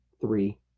three